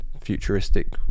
futuristic